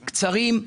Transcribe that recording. קצרים,